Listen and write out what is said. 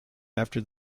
after